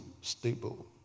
stable